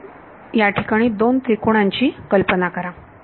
म्हणून याठिकाणी दोन त्रिकोणांची कल्पना करा